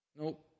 Nope